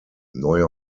neuer